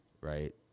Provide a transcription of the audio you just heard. right